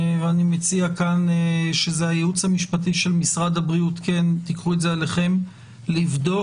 אני מציע שהייעוץ המשפטי של משרד הבריאות ייקח על עצמו לבדוק,